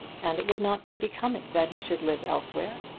and it would not be becoming that he should live elsewhere.